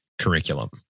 Curriculum